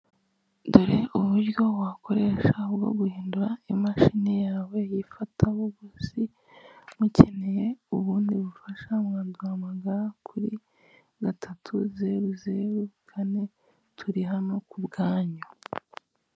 Dore uburyo wakoresha bwo guhindura imashini yawe y'ifatabuguzi, mukeneye ubundi bufasha mwaduhamagara kuri gatatu, zeru, zeru, kane, turi hano ku bwanyu.